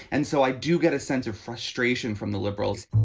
and so i do get a sense of frustration from the liberals